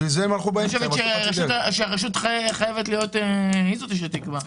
אני חושבת שהרשות המקומית היא שצריכה לקבוע.